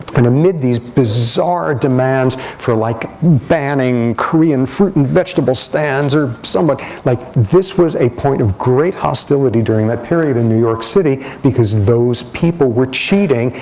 and amid these bizarre demands for, like, banning korean fruit and vegetable stands, or some but like, this was a point of great hostility during that period in new york city because those people were cheating.